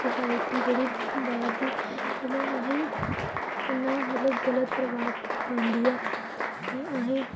society जेह्ड़ी बाहर दी मतलब अहें ई कि'न्ना मतलब गलत प्रभाव पांदी ऐ की अहें मतलब अहें